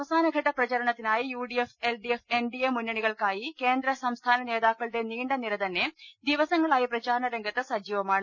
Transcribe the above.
അവസാനഘട്ട പ്രചരണത്തിനായി UDF LDF NDA ്മുന്നണികൾക്കായി കേന്ദ്ര സംസ്ഥാന നേതാക്കളുടെ നീണ്ടനിരതന്നെ ദിവസങ്ങളായി പ്രചാരണരംഗത്ത് സജീവമാണ്